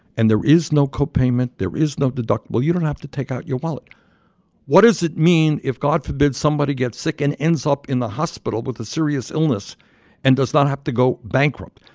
and there is no co-payment. there is no deductible. you don't have to take out your wallet what does it mean if, god forbid, somebody gets sick and ends up in the hospital with a serious illness and does not have to go bankrupt?